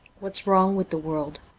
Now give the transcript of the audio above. what's wrong with the world